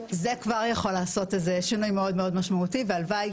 זה כבר יכול לעשות איזה שינוי מאוד משמעותי והלוואי